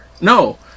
No